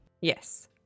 Yes